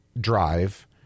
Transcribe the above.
drive